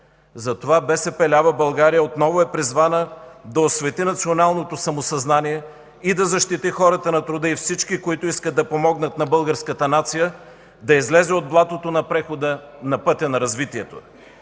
Затова БСП лява България отново е призвана да освети националното самосъзнание и да защити хората на труда и всички, които искат да помогнат на българската нация да излезе от блатото на прехода на пътя на развитието.